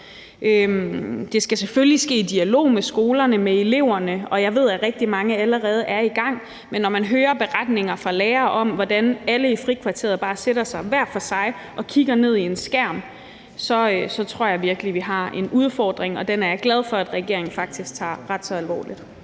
Det skal selvfølgelig ske i dialog med skolerne og eleverne, og jeg ved, at rigtig mange allerede er i gang. Men når man hører beretninger fra lærere om, hvordan alle i frikvarteret bare sætter sig hver for sig og kigger ned i en skærm, så tror jeg virkelig, at vi har en udfordring, og den er jeg glad for at regeringen faktisk tager ret så alvorligt.